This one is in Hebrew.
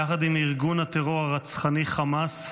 יחד עם ארגון הטרור הרצחני חמאס,